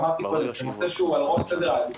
אמרתי קודם: זה נושא שהוא על ראש סדר העדיפויות.